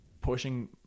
pushing